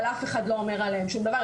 אבל אף אחד לא אומר עליהם שום דבר,